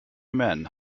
men